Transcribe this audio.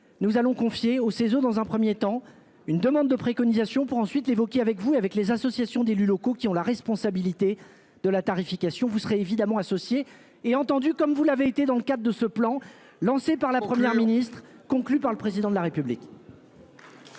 nous allons confier au CESE, dans un premier temps, une demande de préconisations pour ensuite l'évoquer avec vous, avec les associations d'élus locaux qui ont la responsabilité. De la tarification. Vous serez évidemment associés et entendu, comme vous l'avez été dans le cadre de ce plan lancé par la Première ministre conclut par le président de la République.